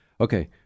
Okay